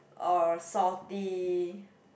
or salty